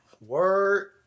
word